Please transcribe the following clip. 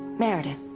meredith